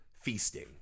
feasting